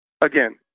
Again